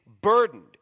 burdened